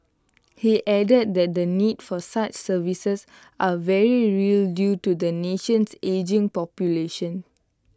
he added that the need for such services are very real due to the nation's ageing population